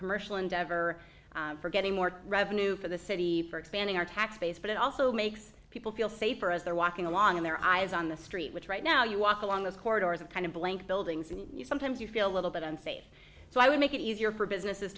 commercial endeavor for getting more revenue for the city for expanding our tax base but it also makes people feel safer as they're walking along in their eyes on the street which right now you walk along the corridors and kind of blank buildings and sometimes you feel a little bit unsafe so i would make it easier for businesses